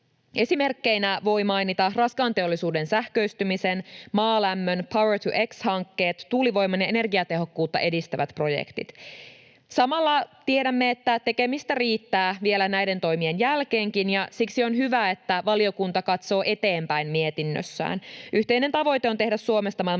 Esimerkkeinä voi mainita raskaan teollisuuden sähköistymisen, maalämmön, power-to-x‑hankkeet, tuulivoiman ja energiatehokkuutta edistävät projektit. Samalla tiedämme, että tekemistä riittää vielä näiden toimien jälkeenkin, ja siksi on hyvä, että valiokunta katsoo eteenpäin mietinnössään. Yhteinen tavoite on tehdä Suomesta maailman